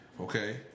Okay